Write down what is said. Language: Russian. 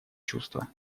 чувства